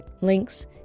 Links